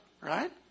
Right